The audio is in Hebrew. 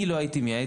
אני לא הייתי מייעץ,